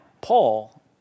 Paul